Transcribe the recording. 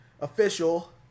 official